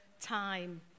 time